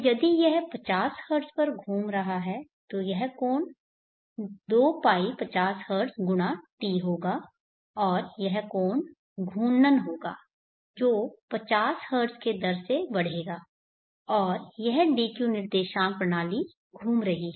तो यदि यह 50 हर्ट्ज पर घूम रहा है तो यह कोण 2π 50 हर्ट्ज गुणा t होगा और यह कोण घूर्णन होगा जो 50 हर्ट्ज की दर से बढ़ेगा और यह dq निर्देशांक प्रणाली घूम रही है